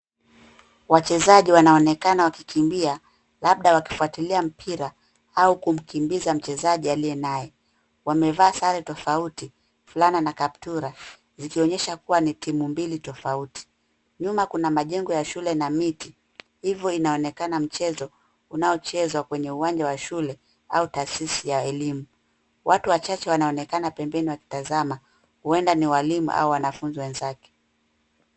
Wachezaji wanaonekana wakikimbia, labda wakifuatilia mpira au kumkimbiza mchezaji aliye nao. Wamevaa sare tofauti, fulana na kaptura, zikionyesha kuwa ni timu mbili tofauti. Nyuma kuna majengo ya shule na miti, hivyo inaonekana mchezo huu unachezwa kwenye uwanja wa shule au taasisi ya elimu. Watu wachache wanaonekana pembeni wakitazama, huenda ni walimu au wanafunzi wenzao.